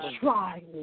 try